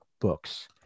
books